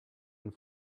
and